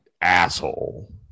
asshole